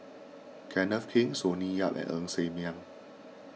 Kenneth Keng Sonny Yap and Ng Ser Miang